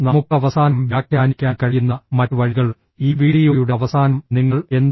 നമുക്ക് അവസാനം വ്യാഖ്യാനിക്കാൻ കഴിയുന്ന മറ്റ് വഴികൾഃ ഈ വീഡിയോയുടെ അവസാനം നിങ്ങൾ എന്താണ്